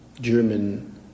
German